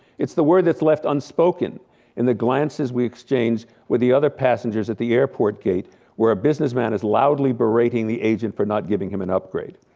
it's the word that's left unspoken in the glances we exchange with the other passengers at the airport gate where a businessman is loudly berating the agent for not giving him an upgrade.